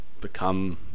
become